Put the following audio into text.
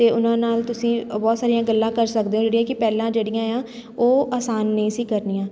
ਅਤੇ ਉਹਨਾਂ ਨਾਲ ਤੁਸੀਂ ਬਹੁਤ ਸਾਰੀਆਂ ਗੱਲਾਂ ਕਰ ਸਕਦੇ ਹੋ ਜਿਹੜੀਆਂ ਕਿ ਪਹਿਲਾਂ ਜਿਹੜੀਆਂ ਆ ਉਹ ਆਸਾਨ ਨਹੀਂ ਸੀ ਕਰਨੀਆਂ